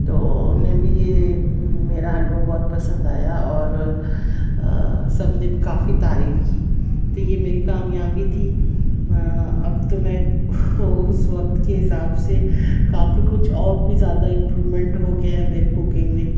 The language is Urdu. تو انہیں بھی یہ میرا حلوہ بہت پسند آیا اور سب نے کافی تعریف کی تو یہ میری کامیابی تھی اب تو میں اس وقت کے حساب سے کافی کچھ اور بھی زیادہ امپرومنٹ ہو گیا ہے میری کوکنگ میں